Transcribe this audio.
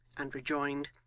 and rejoined